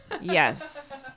Yes